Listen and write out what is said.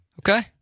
Okay